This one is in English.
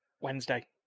Wednesday